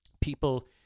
people